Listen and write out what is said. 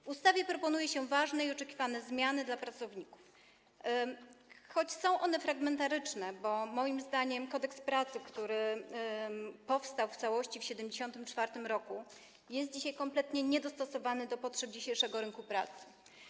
W ustawie proponuje się ważne i oczekiwane zmiany dla pracowników, choć są one fragmentaryczne, bo moim zdaniem Kodeks pracy, który powstał w całości w 1974 r., jest obecnie kompletnie niedostosowany do potrzeb dzisiejszego rynku pracy.